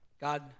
God